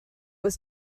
was